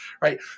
right